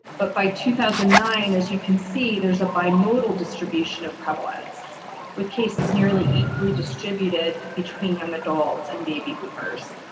but by two thousand and nine as you can see there's a bimodal distribution of prevalence with cases nearly equally distributed between young adults and baby boomers